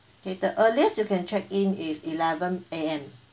okay the earliest you can check in is eleven A_M